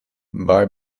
bye